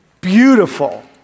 beautiful